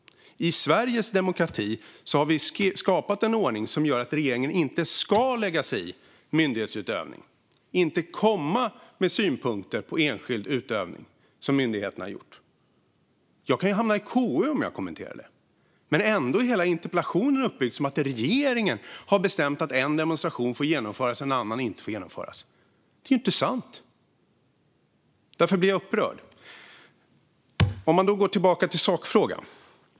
I Sveriges demokrati har vi skapat en ordning som innebär att regeringen inte ska lägga sig i myndighetsutövning. Regeringen ska inte komma med synpunkter på enskild utövning som myndigheterna har gjort. Jag kan hamna i KU om jag kommenterar det. Ändå är hela interpellationen uppbyggd som att det är regeringen som har bestämt att en demonstration får genomföras men att en annan inte får genomföras. Det är inte sant. Därför blir jag upprörd. Jag går tillbaka till sakfrågan.